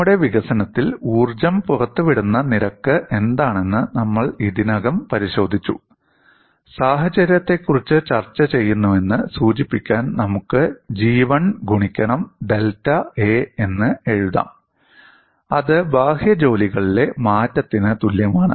നമ്മുടെ വികസനത്തിൽ ഊർജ്ജം പുറത്തുവിടുന്ന നിരക്ക് എന്താണെന്ന് നമ്മൾ ഇതിനകം പരിശോധിച്ചു സാഹചര്യത്തെക്കുറിച്ച് ചർച്ച ചെയ്യുന്നുവെന്ന് സൂചിപ്പിക്കാൻ നമുക്ക് G1 ഗുണിക്കണം ഡെൽറ്റ A എന്ന് എഴുതാം അത് ബാഹ്യ ജോലികളിലെ മാറ്റത്തിന് തുല്യമാണ്